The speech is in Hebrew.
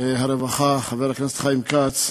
הרווחה חבר הכנסת חיים כץ,